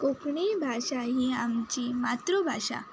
कोंकणी भाशा ही आमची मात्रभाशा